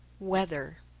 weather